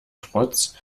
trotz